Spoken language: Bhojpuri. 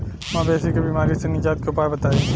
मवेशी के बिमारी से निजात के उपाय बताई?